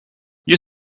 you